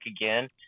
again